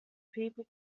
people